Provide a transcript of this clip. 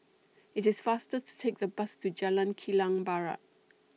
IT IS faster to Take The Bus to Jalan Kilang Barat